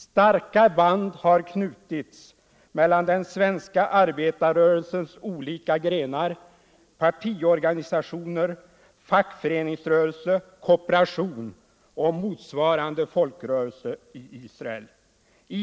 Starka band har knutits mellan den svenska arbetarrörelsens olika grenar — partiorganisationer, fackföreningsrörelse, kooperation — och motsvarande folkrörelser i Israel.